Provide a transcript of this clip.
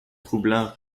troublants